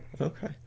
Okay